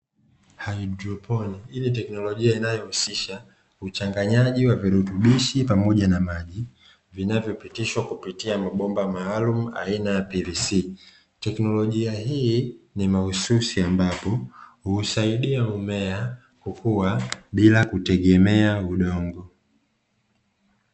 Haidroponi: hii ni teknolojia inayohusisha uchanganyaji wa virutubishi pamoja na maji vinavyopitishwa kupitia mabomba maalumu aina ya "pvc". Teknolojia hii ni mahususi ambapo husaidia mmea kukua bila kutegemea udongo.